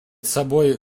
собой